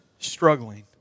Struggling